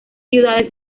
ciudades